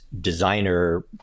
designer